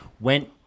went